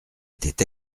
étaient